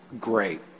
Great